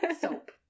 Soap